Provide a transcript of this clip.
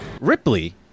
Ripley